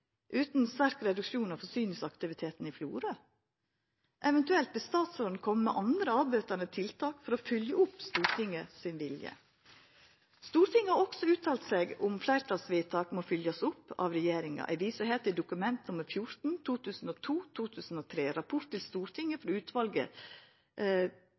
utan sterk reduksjon av forsyningsaktiviteten i Florø? Vil statsråden eventuelt koma med andre avbøtande tiltak for å fylgja opp Stortingets vilje? Stortinget har også uttalt seg om at fleirtalsvedtak må fylgjast opp av regjeringa. Eg viser her til Dokument nr. 14 for 2002–2003, Rapport til Stortinget